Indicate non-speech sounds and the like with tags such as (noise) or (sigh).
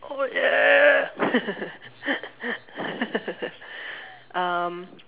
holy (laughs) um